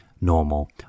normal